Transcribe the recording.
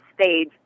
stage